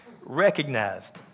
Recognized